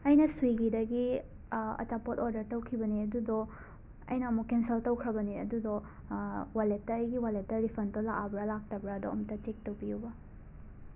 ꯑꯩꯅ ꯁ꯭ꯋꯤꯒꯤꯗꯒꯤ ꯑꯆꯥꯄꯣꯠ ꯑꯣꯔꯗꯔ ꯇꯧꯈꯤꯕꯅꯦ ꯑꯗꯨꯗꯣ ꯑꯩꯅ ꯑꯃꯨꯛ ꯀꯦꯟꯁꯜ ꯇꯧꯈ꯭ꯔꯕꯅꯦ ꯑꯗꯨꯗꯣ ꯋꯥꯂꯦꯠꯇ ꯑꯩꯒꯤ ꯋꯥꯂꯦꯠꯇ ꯔꯤꯐꯟꯗꯣ ꯂꯥꯛꯑꯕ꯭ꯔꯥ ꯂꯥꯛꯇꯕ꯭ꯔꯥꯗꯣ ꯑꯃꯨꯛꯇ ꯆꯦꯛ ꯇꯧꯕꯤꯌꯨꯕ